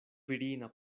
virina